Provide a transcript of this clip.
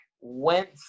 went